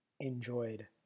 enjoyed